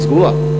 היא סגורה.